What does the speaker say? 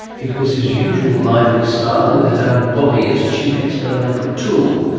it was his usual lively style with his own body as chief experimental tool.